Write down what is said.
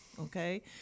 okay